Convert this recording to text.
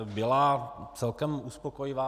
Byla celkem uspokojivá.